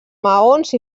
maons